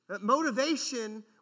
Motivation